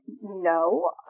No